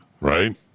right